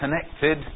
Connected